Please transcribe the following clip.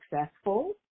successful